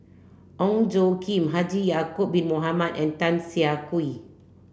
Ong Tjoe Kim Haji Ya'acob bin Mohamed and Tan Siah Kwee